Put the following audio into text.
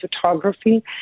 photography